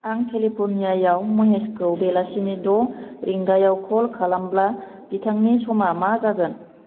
आं केलिफर्नियाआव महेशखौ बेलासिनि द' रिंगायाव कल खालामोब्ला बिथांनि समा मा जागोन